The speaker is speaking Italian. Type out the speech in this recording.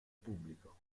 pubblico